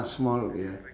small ya